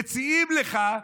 מציעים לך,